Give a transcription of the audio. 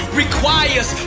requires